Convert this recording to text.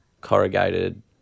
corrugated